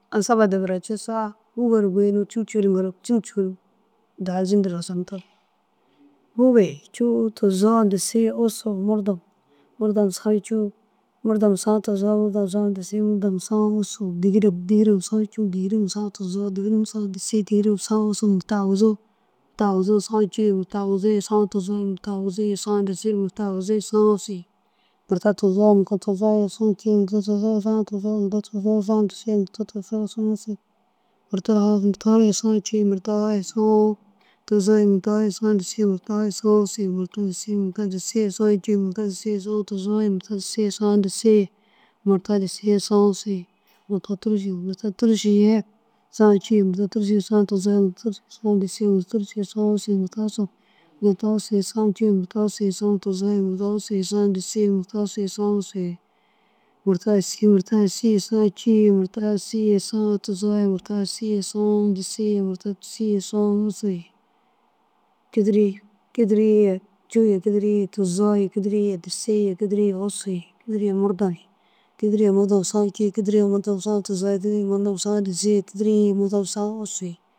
Asaba digira cussaa fûge ru goyinoo cûu cûu ŋkirig cûu cûu daha zindir wasandir. Fûge cûu tuzoo disii ussu murdom murdom saã cûu murdom saã tuzoo murdom saã disii murdom saã wussu dîgirem dîgirem saã cûu dîgirem saã tuzoo dîgirem saã disii dîgirem saã wussu murta aguzuu murta aguzuu saã cûu murta aguzuu saã tuzoo murta aguzuu saã disii murta aguzuu saã ussu murta tuzoo murta tuzoo saã cûu murta tuzoo saã tuzoo murta tuzoo saã disii murta tuzoo saã ussu murta foo murta foo ye saã cûu murta foo ye saã tuzoo murta foo ye saã disii murta foo saã ussu murta disii murta disii ye saã cûu murta disii ye saã tuzoo murta disii ye saã disii murta disii saã ussu murta tûrusuu murta tûrusuu ye saã cûu murta tûrusuu ye saã tuzoo murta tûrusuu ye saã disii murta tûrusuu saã ussu murta ussu murta ussu saã cûu murta ussu ye saã tuzoo murta ussu saã ussu murta yîsii murta yîsii ye saã cûu murta yîsii ye saã tuzoo murta yîsii ye saã disii murta yîsii saã ussu kîdiriĩ kîdiriĩ ye cûu kîdiriĩ ye tuzoo ye kîdiriĩye disii ye kîdiriĩ ye ussu ye kîdiriĩ ye murdom ye kîdiriĩ ye murdom saã cûu kîdiri ye murdom saã tuzoo kîdiriĩ ye murdom saã disii ye kîdiriĩ ye murdom saã ussu.